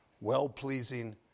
well-pleasing